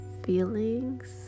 feelings